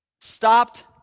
stopped